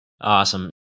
Awesome